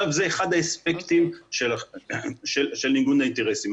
זה אחד האספקטים של ניגוד האינטרסים.